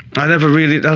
i never really, that